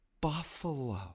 Buffalo